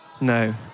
No